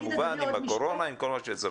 כמובן להתמודד עם הקורונה ועם כל מה שצריך.